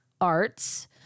arts